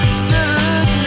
stood